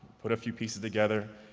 put a few pieces together,